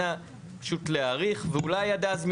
אנא פשוט להאריך ואולי עד אז,